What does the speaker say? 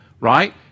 right